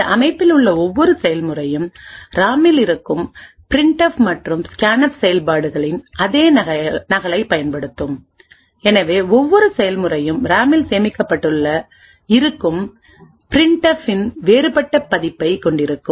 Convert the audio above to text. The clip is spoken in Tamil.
அந்த அமைப்பில் உள்ள ஒவ்வொரு செயல்முறையும் ரேமில் இருக்கும் பிரிண்ட்எஃப் மற்றும் ஸ்கேன்எஃப்செயல்பாடுகளின் அதே நகலைப் பயன்படுத்தும் எனவே ஒவ்வொரு செயல்முறையும் ரேமில் சேமிக்கப்பட்டுள்ள இருக்கும் பிரிண்ட்எஃப் இன் வேறுபட்ட பதிப்பைக் கொண்டிருக்கும்